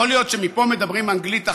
יכול להיות שמפה מדברים אנגלית אחת,